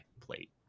plate